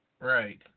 Right